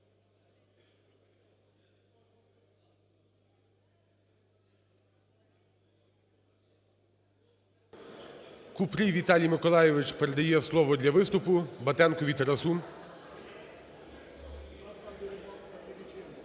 Купрій Віталій Миколайович передає слово для виступу Батенку Тарасу.